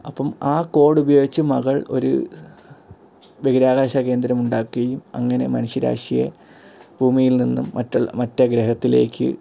അപ്പം ആ കോഡ് ഉപയോഗിച്ച് മകൾ ഒരു ബഹിരാകാശ കേന്ദ്രം ഉണ്ടാക്കുകയും അങ്ങനെ മനുഷ്യരാശിയെ ഭൂമിയിൽ നിന്നും മറ്റ് മറ്റെ ഗ്രഹത്തിലേക്ക്